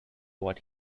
what